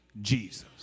Jesus